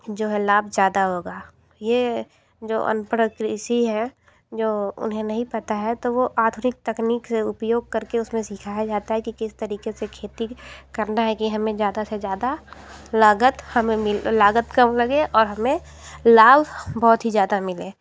जो है लाभ ज़्यादा होगा ये जो अनपढ़ कृषि है जो उन्हें नहीं पता है तो वो आधुनिक तकनीक से उपयोग करके उसमें सिखाया जाता है कि किस तरीके से खेती करना है कि हमें ज़्यादा से ज़्यादा लागत हमें मिल लागत कम लगे और हमें लाभ बहुत ही ज़्यादा मिले